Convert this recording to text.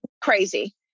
crazy